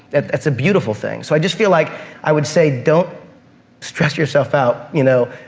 and it's a beautiful thing. so i just feel like i would say don't stress yourself out. you know,